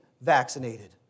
vaccinated